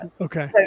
Okay